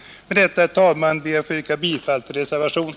Med detta, herr talman, ber jag att få yrka bifall till reservationen.